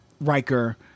Riker